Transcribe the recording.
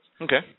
Okay